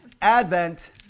Advent